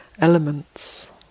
elements